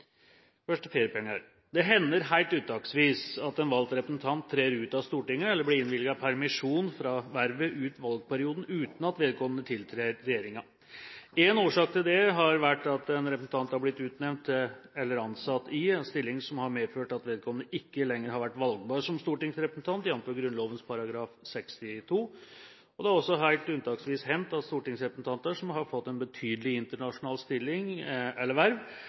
Det hender helt unntaksvis at en valgt representant trer ut av Stortinget eller blir innvilget permisjon fra vervet ut valgperioden, uten at vedkommende tiltrer regjeringen. En årsak til det har vært at en representant har blitt utnevnt til eller ansatt i en stilling som har medført at vedkommende ikke lenger har vært valgbar som stortingsrepresentant, jf. Grunnloven § 62. Det har også helt unntaksvis hendt at stortingsrepresentanter, som har fått en betydelig internasjonal stilling eller verv,